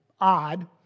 odd